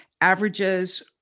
averages